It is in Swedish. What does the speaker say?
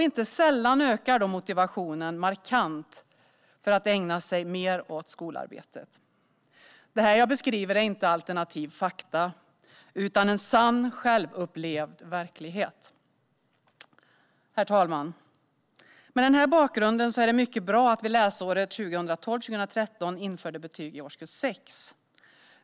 Inte sällan ökar då motivationen markant för att ägna sig mer åt skolarbetet. Det jag beskriver är inte alternativa fakta utan en sann, självupplevd verklighet. Herr talman! Mot denna bakgrund är det mycket bra att vi läsåret 2012/13 införde betyg i årskurs 6.